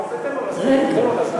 תן לו לענות לך.